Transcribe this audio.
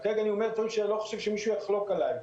אני אומר דברים שאני חושב שאף אחד לא יחלוק עליהם.